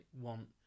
want